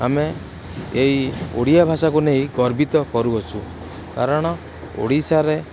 ଆମେ ଏଇ ଓଡ଼ିଆ ଭାଷାକୁ ନେଇ ଗର୍ବିତ କରୁଅଛୁ କାରଣ ଓଡ଼ିଶାରେ